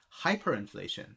hyperinflation